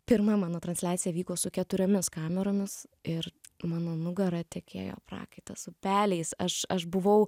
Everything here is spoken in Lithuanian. pirma mano transliacija vyko su keturiomis kameromis ir mano nugara tekėjo prakaitas upeliais aš aš buvau